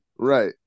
Right